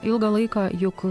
ilgą laiką juk